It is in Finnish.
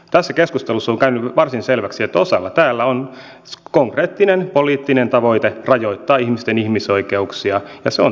tässä keskustelussa on käynyt varsin selväksi että osalla täällä on konkreettinen poliittinen tavoite rajoittaa ihmisten ihmisoikeuksia ja se on teidän päämääränne